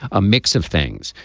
a mix of things.